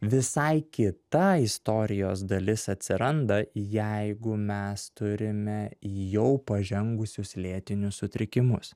visai kita istorijos dalis atsiranda jeigu mes turime jau pažengusius lėtinius sutrikimus